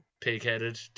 pig-headed